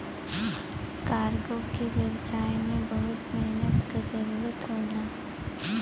cargo के व्यवसाय में बहुत मेहनत क जरुरत होला